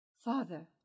Father